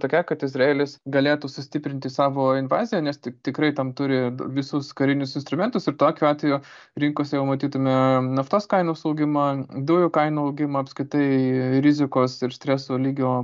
tokia kad izraelis galėtų sustiprinti savo invaziją nes ti tikrai tam turi visus karinius instrumentus ir tokiu atveju rinkose jau matytume naftos kainos augimą dujų kainų augimą apskritai rizikos ir streso lygio